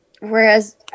Whereas